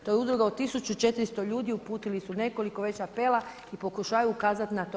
To je udruga od 1400 ljudi, uputili su nekoliko već apela i pokušavaju ukazat na to.